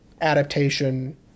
adaptation